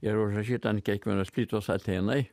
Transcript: ir užrašyta ant kiekvienos plytos atėnai